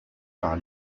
par